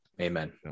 Amen